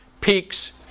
peaks